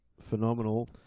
phenomenal